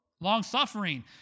long-suffering